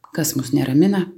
kas mus neramina